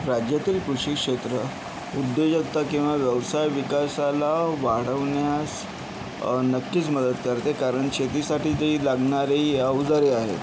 राज्यातील कृषी क्षेत्र उद्योजकता किंवा व्यवसाय विकासाला वाढवण्यास नक्कीच मदत करते कारण शेतीसाठी ते लागणारी अवजारे आहेत